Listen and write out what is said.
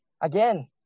again